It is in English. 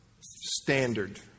standard